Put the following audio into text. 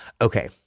Okay